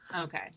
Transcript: Okay